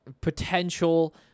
potential –